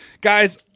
Guys